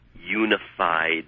unified